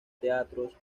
teatros